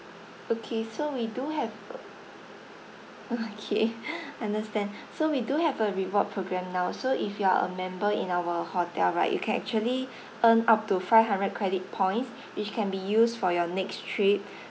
okay so we do have uh okay understand so we do have a reward programme now so if you are a member in our hotel right you can actually earn up to five hundred credit points which can be used for your next trip